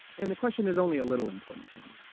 and the question is only a little important to him.